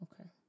Okay